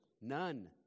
None